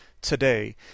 today